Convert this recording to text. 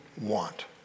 want